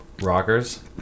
Rockers